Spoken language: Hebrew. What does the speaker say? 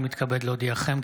אני מתכבד להודיעכם,